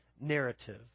narrative